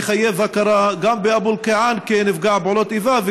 מחייב הכרה גם באבו אלקיעאן כנפגע פעולות איבה,